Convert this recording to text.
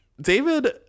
David